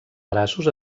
braços